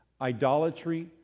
idolatry